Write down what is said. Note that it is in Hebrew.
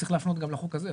צריך להפנות גם לחוק הזה.